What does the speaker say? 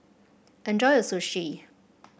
enjoy your Sushi